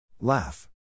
Laugh